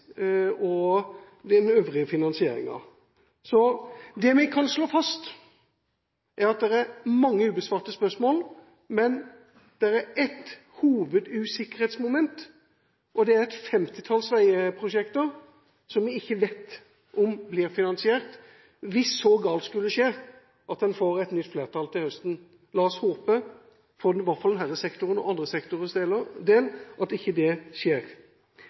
om OPS og den øvrige finansieringen heller. Det vi kan slå fast, er at det er mange ubesvarte spørsmål, men det er ett hovedusikkerhetsmoment, og det er et femtitalls veiprosjekter som vi ikke vet om blir finansiert, hvis så galt skulle skje at en får et nytt flertall til høsten. La oss håpe, i hvert fall for denne sektoren og andre sektorers del, at ikke det skjer.